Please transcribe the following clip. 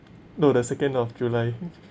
no the second of july